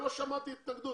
לא שמעתי התנגדות.